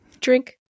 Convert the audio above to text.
Drink